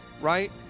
Right